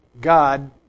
God